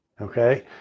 Okay